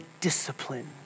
discipline